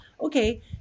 okay